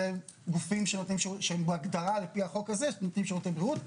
אלה גופים שהם בהגדרה לפי החוק הזה שנותנים שירותי בריאות.